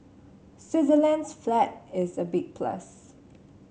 Switzerland's flag is a big plus